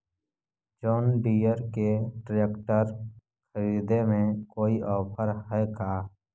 जोन Deere के tractor खरिदे में कोई औफर है का?